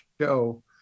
show